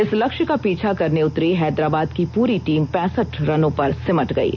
इस लक्ष्य का पीछा करने उतरी हैदराबाद की पूरी टीम पैंसठ रनों पर सिमट गयी